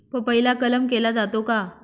पपईला कलम केला जातो का?